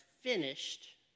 finished